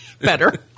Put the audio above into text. better